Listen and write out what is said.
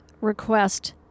request